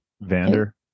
Vander